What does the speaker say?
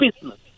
business